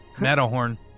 Matterhorn